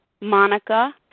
Monica